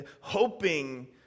hoping